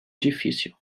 difícil